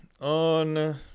On